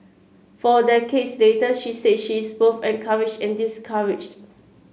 four decades later she say she is both encouraged and discouraged